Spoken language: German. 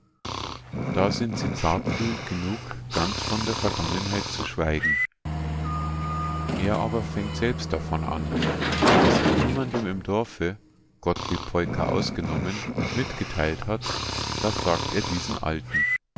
da sind sie zartfühlend genug ganz von der vergangenheit zu schweigen er aber fängt selbst davon an was er niemandem im dorfe gottlieb peuker ausgenommen mitgeteilt hat das sagt er diesen alten